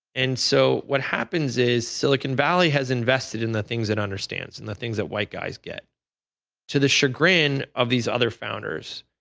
and so what happens is silicon valley has invested in the things that they understand, and the things that white guys get to the chagrin of these other founders.